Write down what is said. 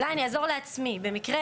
במקרה